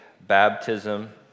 baptism